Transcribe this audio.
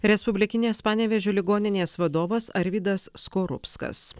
respublikinės panevėžio ligoninės vadovas arvydas skorupskas